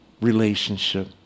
relationship